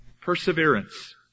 Perseverance